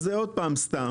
אז זה עוד פעם סתם,